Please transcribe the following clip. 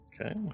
Okay